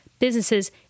businesses